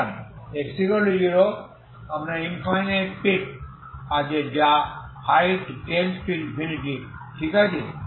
সুতরাং x0 এ আপনার ইনফাইনাইট পিক আছে যা height→∞ ঠিক আছে